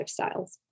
lifestyles